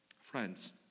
Friends